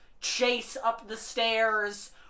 chase-up-the-stairs